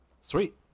Sweet